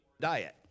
diet